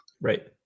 Right